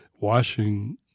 washing